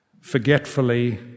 forgetfully